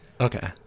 okay